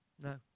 No